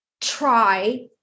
try